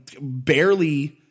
barely